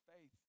faith